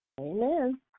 Amen